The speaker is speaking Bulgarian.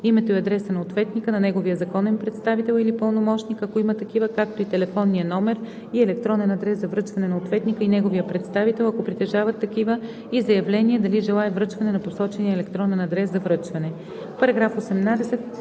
името и адреса на ответника, на неговия законен представител или пълномощник, ако има такива, както и телефонния номер и електронен адрес за връчване на ответника и неговия представител, ако притежават такива, и заявление дали желае връчване на посочения електронен адрес за връчване.“ По § 18